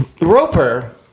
Roper